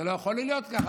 זה לא יכול להיות ככה.